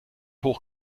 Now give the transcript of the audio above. hoch